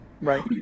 Right